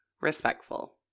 respectful